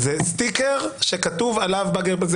סטיקר שכתוב עליו בעברית,